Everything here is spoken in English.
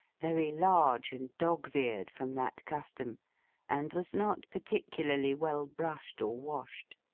very large and dog's-eared from that custom and was not particularly well brushed or washed.